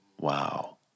wow